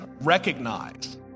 recognize